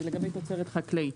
לגבי תוצרת חקלאית.